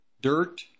dirt